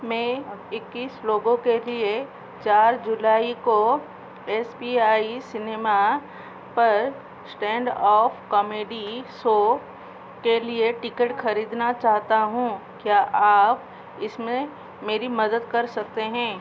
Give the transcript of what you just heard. मैं अ इक्कीस लोगों के लिए चार जुलाई को एस पी आई सिनेमा पर स्टैंडअप कॉमेडी शो के लिए टिकट ख़रीदना चाहता हूँ क्या आप इसमें मेरी मदद कर सकते हैं